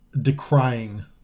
decrying